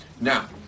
Now